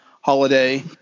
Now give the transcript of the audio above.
holiday